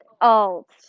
alt